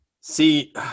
See